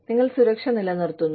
നിങ്ങൾ സുരക്ഷ നിലനിർത്തുന്നു